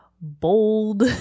bold